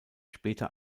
später